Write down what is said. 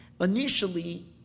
Initially